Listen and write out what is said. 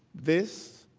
this